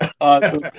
Awesome